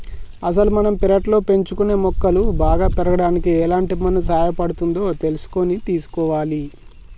అసలు మనం పెర్లట్లో పెంచుకునే మొక్కలు బాగా పెరగడానికి ఎలాంటి మన్ను సహాయపడుతుందో తెలుసుకొని తీసుకోవాలి